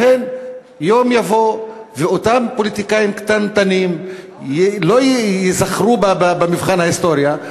לכן יום יבוא ואותם פוליטיקאים קטנטנים לא ייזכרו במבחן ההיסטוריה,